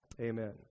Amen